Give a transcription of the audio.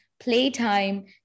Playtime